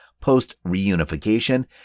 post-reunification